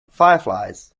fireflies